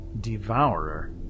Devourer